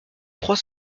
trois